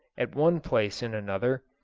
at one place and another,